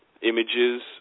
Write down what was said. images